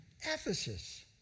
Ephesus